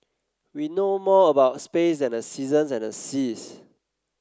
we know more about space than the seasons and the seas